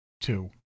two